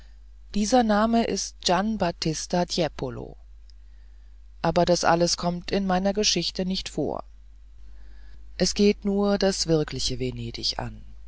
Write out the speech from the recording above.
dieser name ist gian battista tiepolo aber das alles kommt in meiner geschichte nicht vor es geht nur das wirkliche venedig an